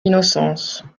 innocence